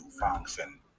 function